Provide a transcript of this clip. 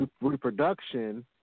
reproduction